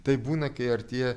taip būna kai artėja